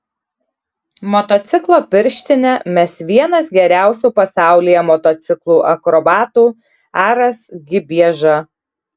motociklo pirštinę mes vienas geriausių pasaulyje motociklų akrobatų aras gibieža